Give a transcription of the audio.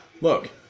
Look